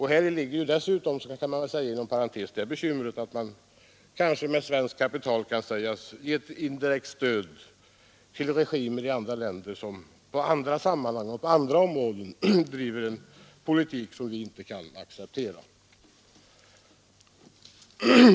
Häri ligger dessutom — vilket jag kan anföra inom parentes — det bekymret att man med svenskt kapital kan sägas ge ett indirekt stöd till regimer i andra länder, som i andra sammanhang och på andra områden driver en politik som vi inte kan acceptera.